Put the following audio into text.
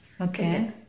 Okay